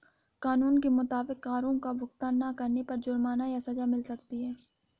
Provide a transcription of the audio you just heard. कानून के मुताबिक, करो का भुगतान ना करने पर जुर्माना या सज़ा मिल सकती है